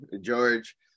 George